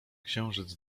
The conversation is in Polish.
księżyc